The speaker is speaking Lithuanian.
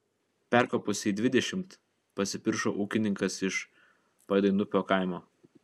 perkopusiai dvidešimt pasipiršo ūkininkas iš padainupio kaimo